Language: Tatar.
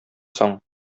соң